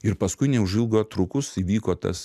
ir paskui neužilgo trukus įvyko tas